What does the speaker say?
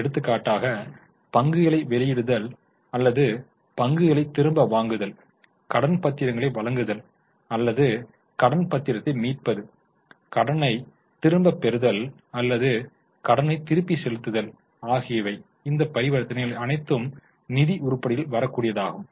எடுத்துக்காட்டாக பங்குகளை வெளியிடுதல் அல்லது பங்குகளை திரும்ப வாங்குதல் கடன் பத்திரங்களை வழங்குதல் அல்லது கடன் பத்திரத்தை மீட்பது கடனை திரும்பப் பெறுதல் அல்லது கடனைத் திருப்பிச் செலுத்துதல் ஆகியவை இந்த பரிவர்த்தனைகள் அனைத்தும் நிதி உருப்படியில் வர கூடியதாகும்